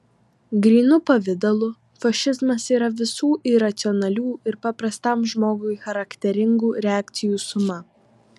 grynu pavidalu fašizmas yra visų iracionalių ir paprastam žmogui charakteringų reakcijų suma